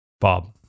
Bob